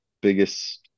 biggest